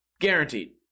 guaranteed